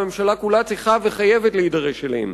והממשלה כולה צריכה וחייבת להידרש להן.